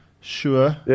sure